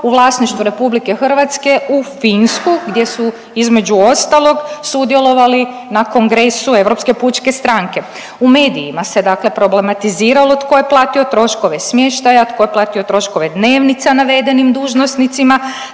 u vlasništvu RH u Finsku gdje su između ostalog sudjelovali na Kongresu Europske pučke stranke. U medijima se dakle problematiziralo tko je platio troškove smještaja, tko je platio troškove dnevnica navedenim dužnosnicima